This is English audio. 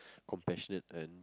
compassionate and